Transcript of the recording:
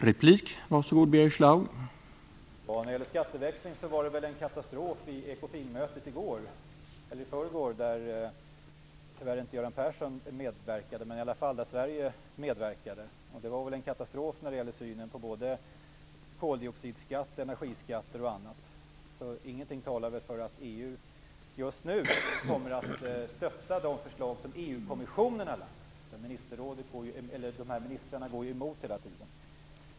Herr talman! Vad gäller skatteväxling var det väl i förrgår en katastrof som inträffade på Ekofinmötet, där tyvärr inte Göran Persson medverkade men Sverige ändå var representerat. Det som där skedde var väl en katastrof när det gällde synen på koldioxidskatt, energiskatter och annat. Inget talar väl för att EU just nu kommer att stödja de förslag som EU kommissionen har lagt fram. De berörda ministrarna är ju hela tiden motsträviga.